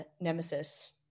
nemesis